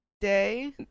day